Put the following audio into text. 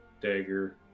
Dagger